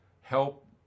help